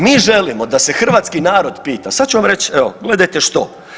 Mi želimo da se hrvatski narod pita, sad ću vam reći, evo, gledajte što.